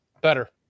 Better